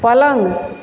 पलङ्ग